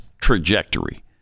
trajectory